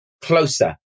closer